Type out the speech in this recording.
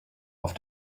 off